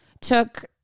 took